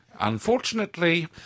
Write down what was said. Unfortunately